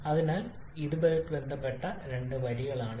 അതിനാൽ ഇതുമായി ബന്ധപ്പെട്ട രണ്ട് വരികളാണ് ഇവ